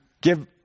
give